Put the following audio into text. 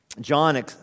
John